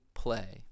play